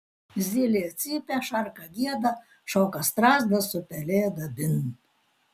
zylė cypia šarka gieda šoka strazdas su pelėda bin